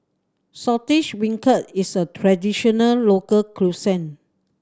Saltish Beancurd is a traditional local cuisine